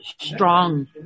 strong